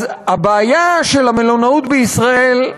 אז הבעיה של המלונאות בישראל,